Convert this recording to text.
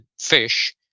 fish